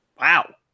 Wow